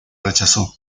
rechazó